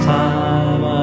time